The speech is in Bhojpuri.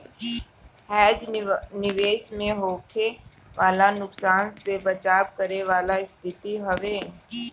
हेज निवेश में होखे वाला नुकसान से बचाव करे वाला स्थिति हवे